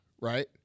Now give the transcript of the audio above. Right